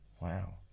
wow